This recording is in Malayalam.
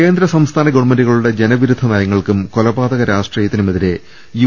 കേന്ദ്ര സംസ്ഥാന ഗവൺമെന്റുകളുടെ ജനവിരുദ്ധ നയങ്ങൾക്കും കൊലപാതക രാഷ്ട്രീയത്തിനുമെതിരെ യു